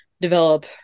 develop